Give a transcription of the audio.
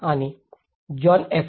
आणि John F